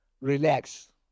relax